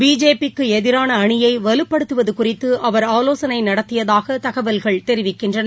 BJP க்கு எதிரான அணியை வலுப்படுத்துவது குறித்து அவர் ஆலோசனை நடத்தியதாக தகவல்கள் தெரிவிக்கின்றன